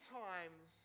times